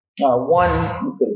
One